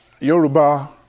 Yoruba